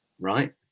Right